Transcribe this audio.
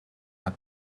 hat